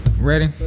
ready